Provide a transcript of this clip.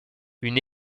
une